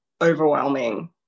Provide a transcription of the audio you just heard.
overwhelming